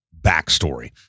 backstory